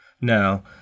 Now